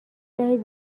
دهید